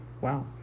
Wow